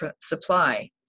supply